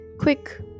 quick